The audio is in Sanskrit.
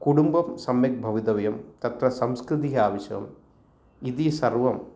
कुटुम्बं सम्यक् भवितव्यं तत्र संस्कृतिः आवश्यकम् इति सर्वम्